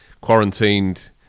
Quarantined